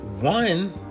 One